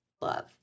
love